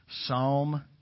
Psalm